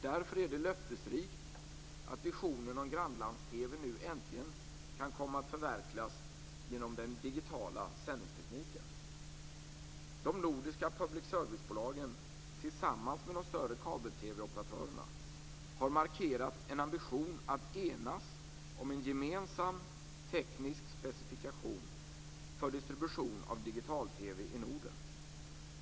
Därför är det löftesrikt att visionen om grannlands-TV:n nu äntligen kan komma att förverkligas genom den digitala sändningstekniken. De nordiska public service-bolagen tillsammans med de större kabel-TV-operatörerna har markerat en ambition att enas om en gemensam teknisk specifikation för distribution av digital-TV i Norden.